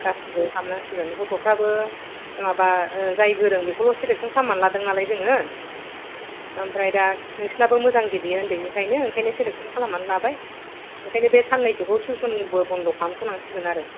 गासिबो खालामनां सिगोन गथ'फ्राबो माबा जाय गोरों बेखौल' सेलेखसन खालामनानै लादों नालाय जोङो ओमफ्राइ दा नोंसिनाबो मोजां गेलेयो ओन्दैनिफ्राइनो ओंखायनो सेलेकसन खालामनानै लाबाय ओंखायनो बे साननैसोखौ टिउसनबो बन्द' खालामथ' नांसिगोन आरो